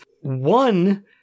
one